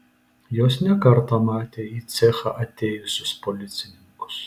jos ne kartą matė į cechą atėjusius policininkus